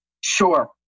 Sure